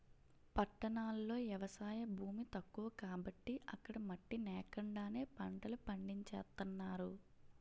పట్టణాల్లో ఎవసాయ భూమి తక్కువ కాబట్టి అక్కడ మట్టి నేకండానే పంటలు పండించేత్తన్నారు